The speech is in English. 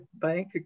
bank